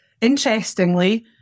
interestingly